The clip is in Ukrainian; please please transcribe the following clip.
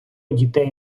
дітей